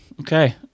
okay